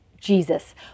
Jesus